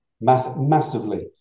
massively